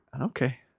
Okay